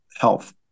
health